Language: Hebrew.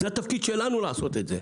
זה התפקיד שלנו לעשות את זה.